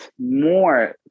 more